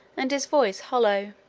and his voice hollow.